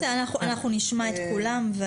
בסדר, אנחנו נשמע את כולם.